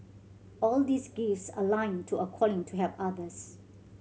all these gifts aligned to a calling to help others